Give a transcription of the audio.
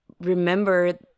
remember